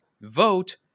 vote